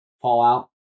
Fallout